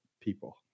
people